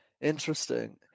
interesting